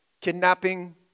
kidnapping